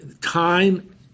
time